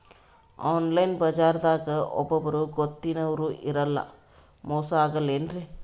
Online ಬಜಾರದಾಗ ಒಬ್ಬರೂ ಗೊತ್ತಿನವ್ರು ಇರಲ್ಲ, ಮೋಸ ಅಗಲ್ಲೆನ್ರಿ?